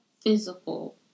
physical